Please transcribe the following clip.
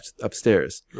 upstairs